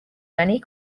many